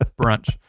brunch